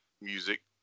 music